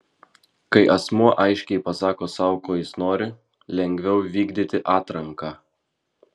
kai asmuo aiškiai pasako sau ko jis nori lengviau vykdyti atranką